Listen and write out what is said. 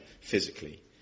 physically